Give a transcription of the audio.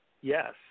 Yes